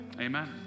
Amen